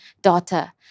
daughter